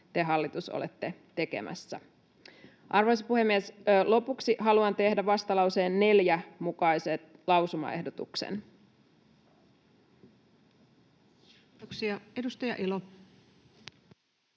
te, hallitus, olette tekemässä. Arvoisa puhemies! Lopuksi haluan tehdä vastalauseen 4 mukaisen lausumaehdotuksen. Kiitoksia. — Edustaja Elo.